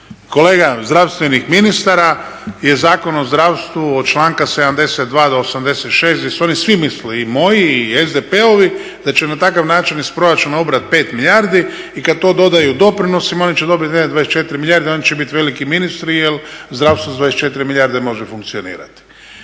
kolega zdravstvenih ministara je Zakon o zdravstvu od članka 72. do 86. gdje su oni svi mislili i moji i SDP-ovi da će na takav način iz proračuna ubrati 5 milijardi i kad to dodaju doprinosima oni će dobiti negdje 24 milijarde. Oni će biti veliki ministri, jer zdravstvo s 24 milijarde može funkcionirati.